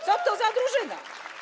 Co to za drużyna?